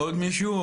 עוד מישהו?